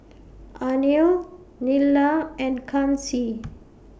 Anil Neila and Kanshi